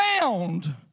bound